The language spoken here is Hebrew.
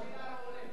לפני שאילן עולה.